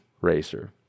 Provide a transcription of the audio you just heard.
racer